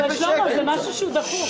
יהיה, יהיה.